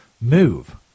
move